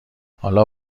حالا